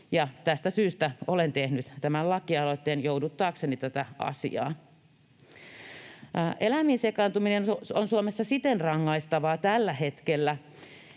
tästä syystä olen tehnyt tämän lakialoitteen jouduttaakseni tätä asiaa. Eläimiin sekaantuminen on Suomessa rangaistavaa tällä hetkellä